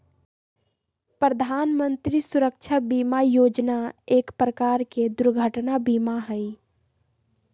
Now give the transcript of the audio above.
प्रधान मंत्री सुरक्षा बीमा योजना एक प्रकार के दुर्घटना बीमा हई